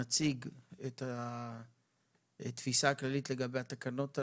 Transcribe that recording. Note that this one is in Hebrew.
נציג את התפיסה הכללית לגבי התקנות הללו.